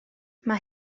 mae